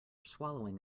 swallowing